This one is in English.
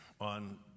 on